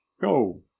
go